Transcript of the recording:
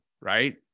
right